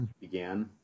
began